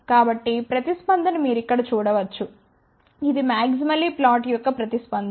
కాబట్టిప్రతిస్పందన మీరు ఇక్కడ చూడవచ్చు ఇది మాక్సిమలీ ఫ్లాట్ యొక్క ప్రతిస్పందన